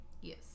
Yes